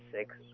six